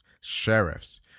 sheriffs